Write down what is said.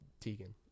Tegan